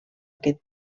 aquest